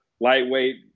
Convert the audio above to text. lightweight